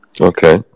Okay